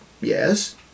yes